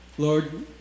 Lord